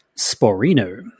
Sporino